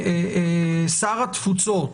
שר התפוצות,